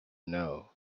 know